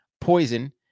poison